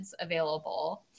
available